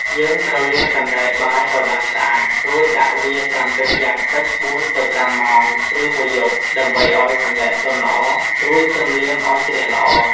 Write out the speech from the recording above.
យើងត្រូវលាងសណ្តែកបាយឱ្យបានស្អាត រួចដាក់វាត្រាំទឹកយ៉ាងតិច ៤-៥ ម៉ោង ឬមួយយប់ ដើម្បីឱ្យសណ្ដែកទន់ល្អ រួចសិមលាងឱ្យជ្រះល្អ។